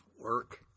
work